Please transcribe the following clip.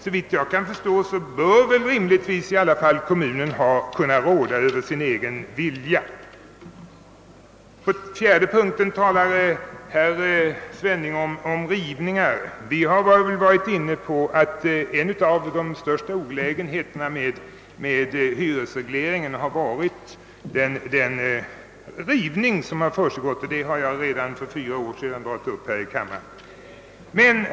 Såvitt jag kan förstå bör kommunen kunna råda över sin egen vilja om graden av exploatering. I den fjärde punkten talar herr Svenning om rivningar. En av de största olägenheterna med :hyresregleringen har varit just den rivningsverksamhet som den medfört, och dessa saker tog jag redan för fyra år sedan upp här i kammaren.